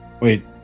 Wait